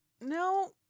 No